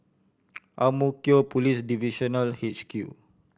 Ang Mo Kio Police Divisional H Q